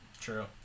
True